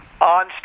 on